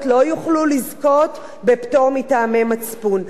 לא יוכלו לזכות בפטור מטעמי מצפון.